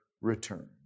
return